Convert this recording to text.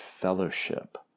fellowship